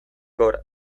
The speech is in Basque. gora